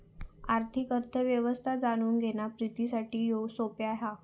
आर्थिक अर्थ व्यवस्था जाणून घेणा प्रितीसाठी सोप्या हा